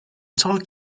talk